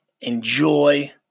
Enjoy